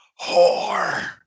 Whore